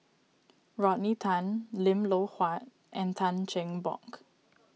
Rodney Tan Lim Loh Huat and Tan Cheng Bock